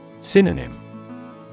Synonym